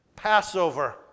Passover